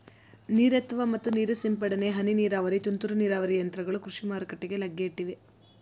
ನೀರೆತ್ತುವ ಮತ್ತು ನೀರು ಸಿಂಪಡನೆ, ಹನಿ ನೀರಾವರಿ, ತುಂತುರು ನೀರಾವರಿ ಯಂತ್ರಗಳು ಕೃಷಿ ಮಾರುಕಟ್ಟೆಗೆ ಲಗ್ಗೆ ಇಟ್ಟಿವೆ